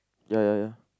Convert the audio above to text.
ya ya ya